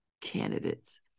candidates